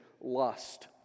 lust